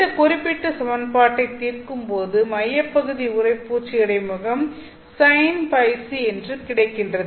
இந்த குறிப்பிட்ட சமன்பாட்டை தீர்க்கும் போது மையப்பகுதி உறைப்பூச்சு இடைமுகம் Sin Øc என்று கிடைக்கின்றது